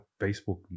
Facebook